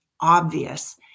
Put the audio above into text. obvious